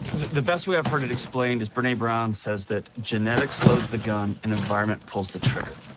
the best way i've heard it explained is brene brown says that genetics loads the gun and environment pulls the trigger.